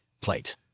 plate